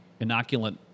inoculant